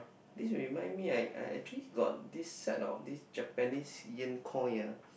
this remind I I actually got this set of this Japaneses yen coin ah